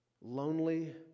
lonely